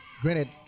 granted